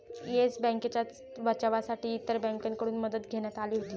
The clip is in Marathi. येस बँकेच्या बचावासाठी इतर बँकांकडून मदत घेण्यात आली होती